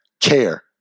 care